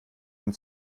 den